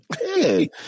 Hey